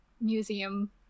museum